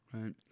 right